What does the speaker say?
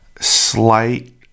slight